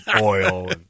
oil